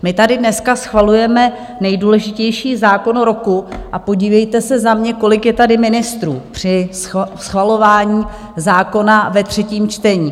My tady dneska schvalujeme nejdůležitější zákon roku a podívejte se za mě, kolik je tady ministrů při schvalování zákona ve třetím čtení?